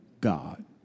God